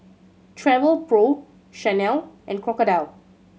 Travelpro Chanel and Crocodile